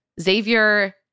Xavier